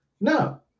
No